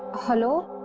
hello!